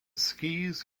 skis